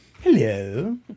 Hello